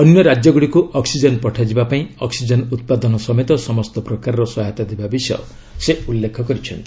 ଅନ୍ୟ ରାଜ୍ୟଗୁଡ଼ିକୁ ଅକ୍କିଜେନ୍ ପଠାଯିବା ପାଇଁ ଅକ୍କିଜେନ୍ ଉତ୍ପାଦନ ସମେତ ସମସ୍ତ ପ୍ରକାରର ସହାୟତା ଦେବା ବିଷୟ ସେ ଉଲ୍ଲେଖ କରିଛନ୍ତି